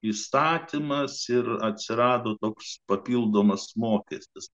įstatymas ir atsirado toks papildomas mokestis